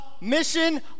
mission